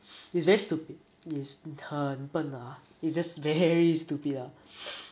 it's very stupid is 很很笨的 lah it's just very stupid ah